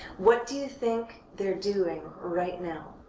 what do you think they're doing right now?